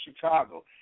Chicago